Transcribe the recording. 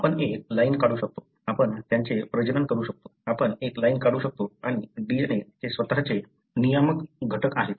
तर आपण एक लाईन काढू शकतो आपण त्यांचे प्रजनन करू शकतो आपण एक लाईन काढू शकतो आणि DNA चे स्वतःचे नियामक घटक आहेत